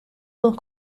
sus